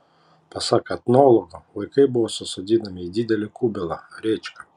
pasak etnologo vaikai buvo susodinami į didelį kubilą rėčką